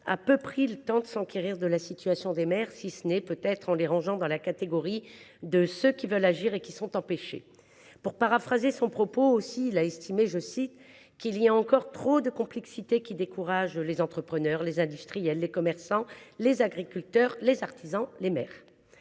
a peu pris le temps de s’enquérir de la situation des maires, si ce n’est peut être en les rangeant dans la catégorie de « ceux qui veulent agir et qui sont empêchés », pour paraphraser son propos. Il a estimé qu’« il y a encore trop de complexités qui découragent les entrepreneurs, les industriels, les commerçants, les agriculteurs, les artisans, les maires ».